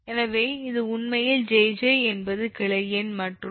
எனவே இது உண்மையில் 𝑗𝑗 என்பது கிளை எண் மற்றும் 𝑘 12